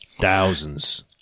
thousands